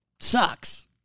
Sucks